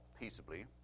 peaceably